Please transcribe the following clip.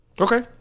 Okay